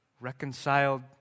reconciled